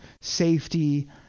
safety